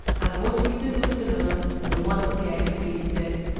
add one teaspoonful of vanilla and the whites of the eggs beaten stiff.